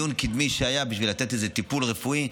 למיון קדמי שהיה בשביל איזה טיפול רפואי,